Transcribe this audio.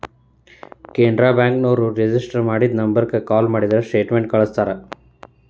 Canara bank ನೋರು register ಮಾಡಿದ ನಂಬರ್ಗ ಕಾಲ ಮಾಡಿದ್ರ ಸ್ಟೇಟ್ಮೆಂಟ್ ಕಳ್ಸ್ತಾರ